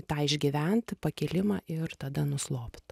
tą išgyvent pakilimą ir tada nuslopt